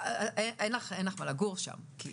לא תוכל לגור שם.